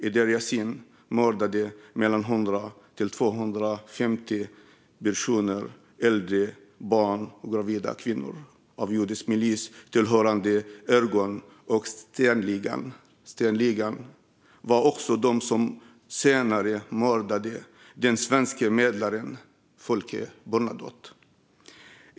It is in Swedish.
I Deir Yassin mördades mellan 100 och 250 personer - äldre, barn och gravida kvinnor - av judisk milis tillhörande Irgun och Sternligan. Sternligan var också de som senare mördade den svenske medlaren Folke Bernadotte.